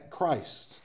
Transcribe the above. Christ